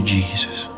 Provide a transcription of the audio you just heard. Jesus